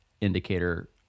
indicator